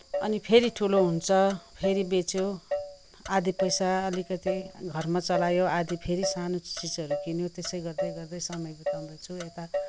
अनि फेरि ठुलो हुन्छ फेरि बेच्यो आधा पैसा अलिकति घरमा चलायो आधा फेरि सानो चिजहरू किन्यो त्यसै गर्दै गर्दै समय बिताउँदैछु यता